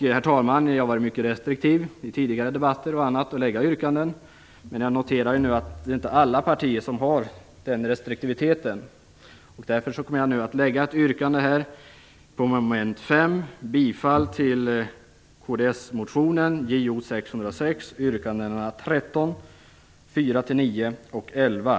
Vi har i tidigare debatter varit mycket restriktiva med att lägga yrkanden, men jag noterar nu att inte alla partier har samma restriktivitet. Därför yrkar jag nu under mom. 5 bifall till kdsmotionen JO606, yrkandena 13, 4-9 och 11.